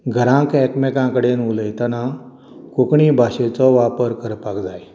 घरांत एकामेकां कडेन उलयतना कोंकणी भाशेचो वापर करपाक जाय